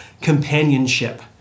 companionship